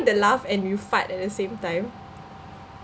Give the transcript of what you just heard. the laugh and you fart at the same time